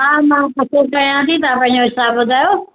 हा मां पतो कयां थी तव्हां पंहिंजो हिसाबु ॿुधायो